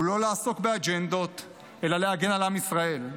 לא לעסוק באג'נדות אלא להגן על עם ישראל,